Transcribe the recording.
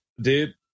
dude